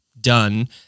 done